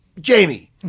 Jamie